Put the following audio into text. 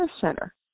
center